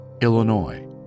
Illinois